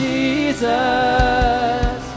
Jesus